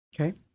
okay